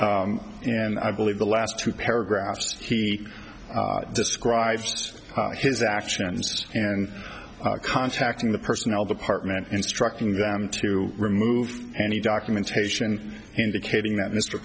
joyce and i believe the last two paragraphs he described his actions and contacting the personnel department instructing them to remove any documentation indicating that mr